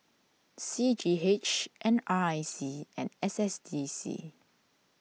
C G H N R I C and S S D C